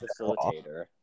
facilitator